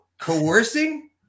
coercing